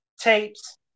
tapes